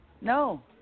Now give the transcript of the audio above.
No